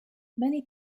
many